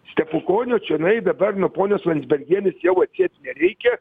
stepukonio čionai dabar nuo ponios landsbergienės jau atsiet nereikia